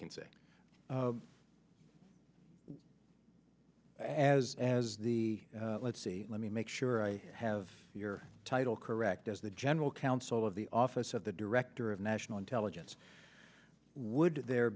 can say as as the let's see let me make sure i have your title correct as the general counsel of the office of the director of national intelligence would there